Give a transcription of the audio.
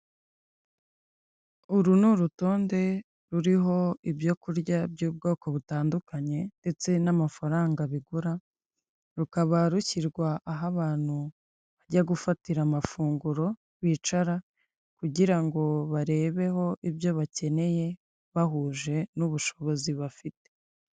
Uru ni urutonde ruriho ibyo kurya by'ubwoko butandukanye ndetse n'amafaranga bigura, rukaba rukirwa aho abantu bajya gufatira amafunguro bicara, kugira ngo barebeho ibyo bakeneye bahuje n'ubushobozi bafite.